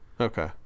Okay